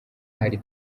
hari